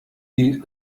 die